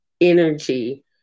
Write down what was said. energy